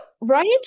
right